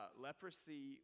Leprosy